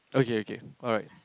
okay okay alright